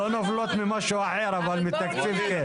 לא נופלות ממשהו אחר, אבל מתקציב כן.